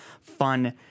fun